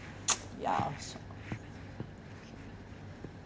ya so